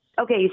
Okay